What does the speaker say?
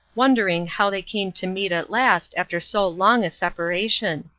wondering how they came to meet at last after so long a separation.